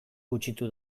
gutxitu